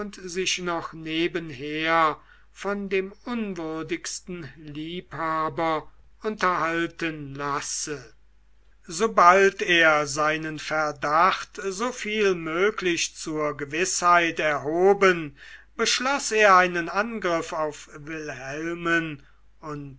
sich noch nebenher von dem unwürdigsten liebhaber unterhalten lasse sobald er seinen verdacht soviel möglich zur gewißheit erhoben beschloß er einen angriff auf wilhelmen und